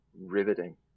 riveting